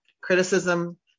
criticism